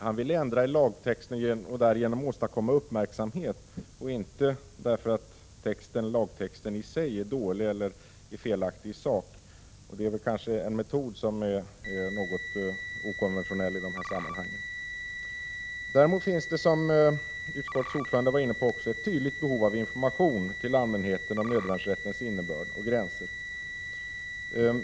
Han vill ändra i lagtexten och därigenom åstadkomma uppmärksamhet, inte för att lagtexten i sig är dålig eller felaktig i sak. Det är kanske en metod som är något okonventionell i de här sammanhangen. Det finns, som också utskottets ordförande var inne på, ett tydligt behov av information till allmänheten om nödvärnsrättens innehåll och gränser.